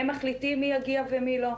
הם מחליטים מי יגיע ומי לא,